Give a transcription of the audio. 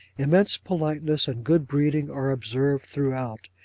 immense politeness and good breeding are observed throughout.